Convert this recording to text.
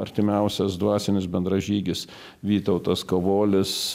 artimiausias dvasinis bendražygis vytautas kavolis